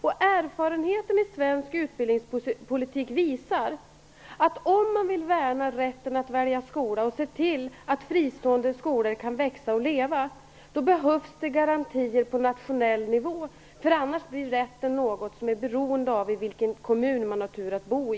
Och erfarenheten i svensk utbildningspolitik visar att om man vill värna rätten att välja skola och se till att fristående skolor kan växa och leva, behövs det garantier på nationell nivå. Annars blir rätten något som är beroende av i vilken kommun man har turen att bo i.